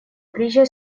приезжай